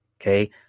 okay